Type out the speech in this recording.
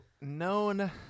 known